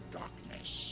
darkness